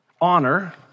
honor